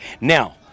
now